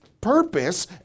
purpose